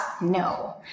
No